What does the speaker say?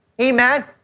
Amen